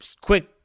quick